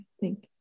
thanks